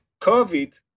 COVID